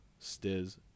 Stiz